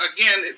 again